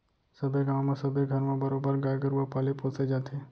सबे गाँव म सबे घर म बरोबर गाय गरुवा पाले पोसे जाथे